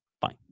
fine